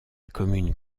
commune